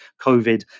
COVID